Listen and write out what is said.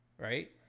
Right